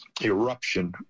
eruption